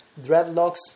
dreadlocks